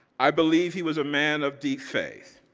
i believe he was a man of deep faith,